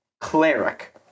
cleric